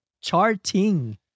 charting